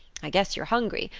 i guess you're hungry.